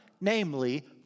namely